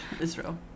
Israel